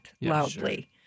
loudly